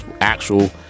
actual